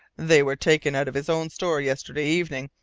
they were taken out of his own store yesterday evening,